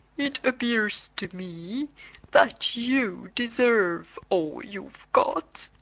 it appears to me that you deserve all you've got.